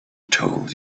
told